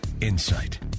insight